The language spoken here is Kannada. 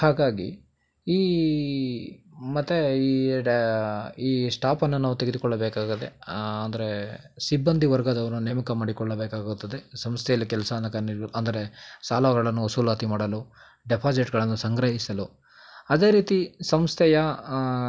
ಹಾಗಾಗಿ ಈ ಮತ್ತೆ ಈ ಡ ಈ ಸ್ಟಾಫನ್ನು ನಾವು ತೆಗೆದುಕೊಳ್ಳಬೇಕಾಗದೆ ಅಂದರೆ ಸಿಬ್ಬಂದಿ ವರ್ಗದವರ ನೇಮಕ ಮಾಡಿಕೊಳ್ಳಬೇಕಾಗುತ್ತದೆ ಸಂಸ್ಥೆಯಲ್ಲಿ ಕೆಲಸನ ಕಾನ್ನಿರ್ ಅಂದರೆ ಸಾಲಗಳನ್ನು ವಸೂಲಾತಿ ಮಾಡಲು ಡೆಪಾಸಿಟ್ಗಳನ್ನು ಸಂಗ್ರಹಿಸಲು ಅದೇ ರೀತಿ ಸಂಸ್ಥೆಯ